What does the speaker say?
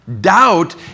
Doubt